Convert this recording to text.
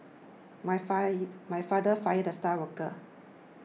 my fired my father fired the star worker